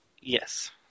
Yes